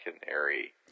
canary